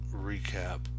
recap